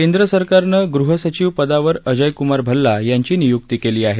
केंद्र सरकारनं गृह सचिव पदावर अजयक्मार भल्ला यांची निय्क्ती केली आहे